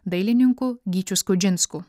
dailininku gyčiu skudžinsku